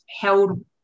held